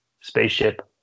spaceship